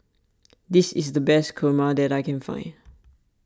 this is the best Kurma that I can find